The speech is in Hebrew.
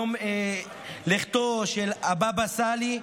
את יום לכתו של הבבא סאלי,